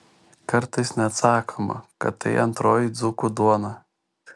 kartais net sakoma kad tai antroji dzūkų duona